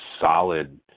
solid